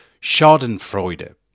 schadenfreude